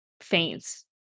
faints